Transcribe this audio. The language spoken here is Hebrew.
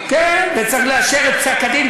כן, וצריך לאשר את פסק-הדין.